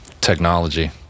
Technology